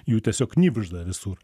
jų tiesiog knibžda visur